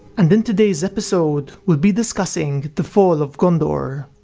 and in today's episode we'll be discussing the fall of gondor.